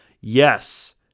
Yes